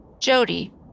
Jody